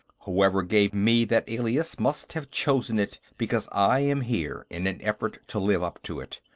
whoever gave me that alias must have chosen it because i am here in an effort to live up to it.